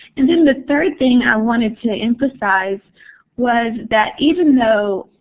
and then the third thing i wanted to emphasize was that even though